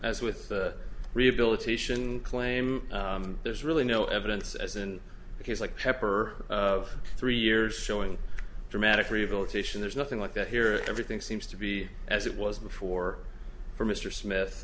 as with rehabilitation claim there's really no evidence as and because like pepper three years showing dramatic rehabilitation there's nothing like that here everything seems to be as it was before for mr smith